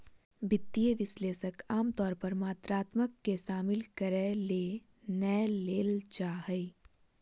वित्तीय विश्लेषक आमतौर पर मात्रात्मक के शामिल करय ले नै लेल जा हइ